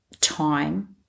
time